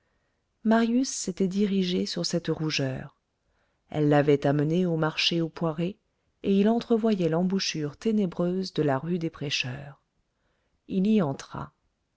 marius s'était dirigé sur cette rougeur elle l'avait amené au marché aux poirées et il entrevoyait l'embouchure ténébreuse de la rue des prêcheurs il y entra